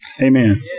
Amen